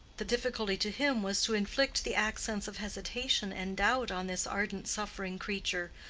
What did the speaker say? the difficulty to him was to inflict the accents of hesitation and doubt on this ardent suffering creature,